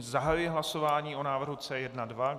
Zahajuji hlasování o návrhu C1.2.